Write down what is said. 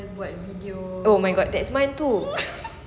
oh my god that's mine too